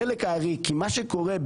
מה שקורה,